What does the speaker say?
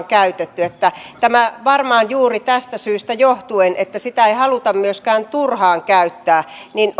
käytetty tämä varmaan juuri tästä syystä johtuen että sitä ei haluta myöskään turhaan käyttää